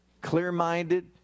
clear-minded